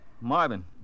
Marvin